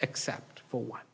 except for one